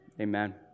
amen